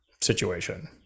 situation